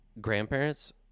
grandparents